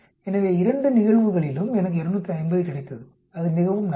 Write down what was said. எனவே இரண்டு நிகழ்வுகளிலும் எனக்கு 250 கிடைத்தது அது மிகவும் நல்லது